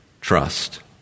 Trust